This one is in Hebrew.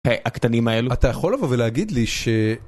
היי, הקטנים האלו. אתה יכול לבוא ולהגיד לי ש...